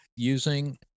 using